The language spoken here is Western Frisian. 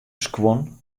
skuon